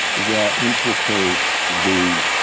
that implicates the